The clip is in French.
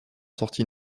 sorti